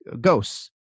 ghosts